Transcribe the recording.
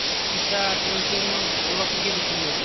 এ পিঠা কেন্কে বনাওঁ অলপ শিকাই দেছোন মোক